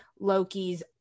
Loki's